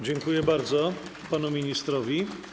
Dziękuję bardzo panu ministrowi.